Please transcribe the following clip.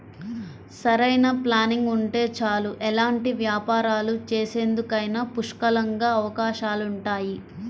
సరైన ప్లానింగ్ ఉంటే చాలు ఎలాంటి వ్యాపారాలు చేసేందుకైనా పుష్కలంగా అవకాశాలుంటాయి